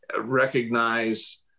recognize